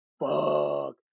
fuck